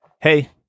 hey